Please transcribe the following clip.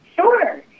Sure